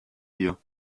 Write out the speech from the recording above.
hier